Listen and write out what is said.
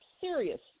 serious